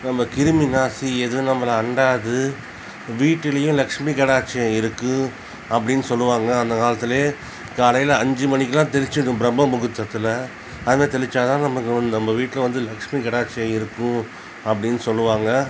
நம்ப கிருமி நாசி எதுவும் நம்பளை அண்டாது வீட்டுலையும் லட்சுமி கடாக்ஷகம் இருக்கும் அப்படின்னு சொல்லுவாங்க அந்த காலத்துலையே காலையில அஞ்சு மணிக்குலாம் தெளிச்சிருணும் பிரம்மமுகூர்த்தத்தில் அதில் தெளிச்சாதான் நமக்கு வந்து நம்ப வீட்டில் வந்து லட்சுமி கடாக்ஷகம் இருக்கும் அப்படின்னு சொல்லுவாங்க